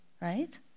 right